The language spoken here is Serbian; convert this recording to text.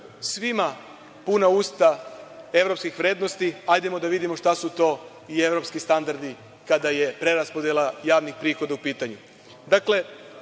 svima puna usta evropskih vrednosti, hajde da vidimo šta su to i evropski standardi kada je preraspodela javnih prihoda u pitanju.